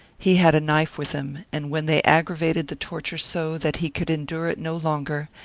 he had a knife with him, and when they aggravated the torture so that he could endure it no longer,